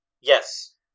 Yes